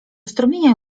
strumienia